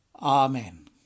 Amen